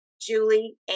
Julie